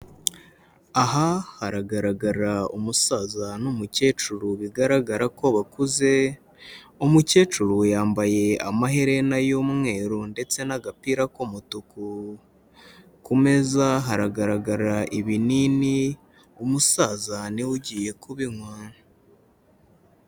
Aha haragaragara umusaza n'umukecuru bigaragara ko bakuze, umukecuru yambaye amaherena y'umweru ndetse n'agapira k'umutuku, ku meza haragaragara ibinini, umusaza niwe ugiye kubinywa.